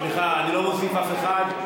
סליחה, אני לא מוסיף אף אחד.